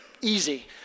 easy